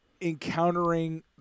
encountering